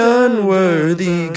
unworthy